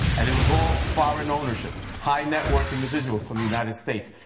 and it was all foreign ownership high net worth individuals from the united states.